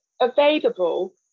available